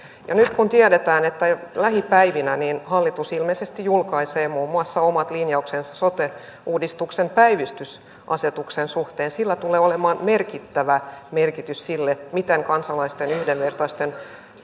nyt tiedetään että lähipäivinä hallitus ilmeisesti julkaisee muun muassa omat linjauksensa sote uudistuksen päivystysasetuksen suhteen ja sillä tulee olemaan merkittävä merkitys sille miten kansalaisten yhdenvertaisten